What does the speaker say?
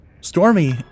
Stormy